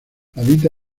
habita